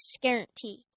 Guarantee